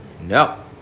No